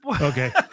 Okay